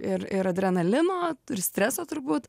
ir ir adrenalino ir streso turbūt